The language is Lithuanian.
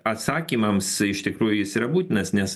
atsakymams iš tikrųjų jis yra būtinas nes